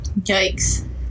Yikes